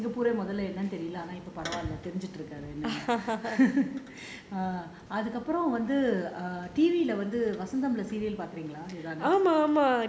அவருக்கு:avarukku singapore மொதல்ல என்னனு தெரில ஆனா இப்ப பரவால்ல தெருஞ்சு இருக்காரு அதுக்கு அப்புறம் வந்து:mothalla ennanu terila aana ippa paravalla terunju irukaaru athuku appuram T_V vasnatham leh பாக்குறீங்களா:paakureengalaa